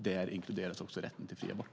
Där inkluderas också rätten till fri abort.